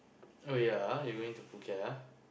oh ya ah you going to Phuket ah